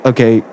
Okay